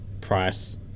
price